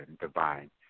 divine